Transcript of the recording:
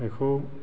बेखौ